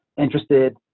interested